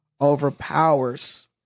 overpowers